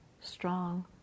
strong